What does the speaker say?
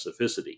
specificity